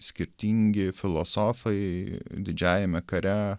skirtingi filosofai didžiajame kare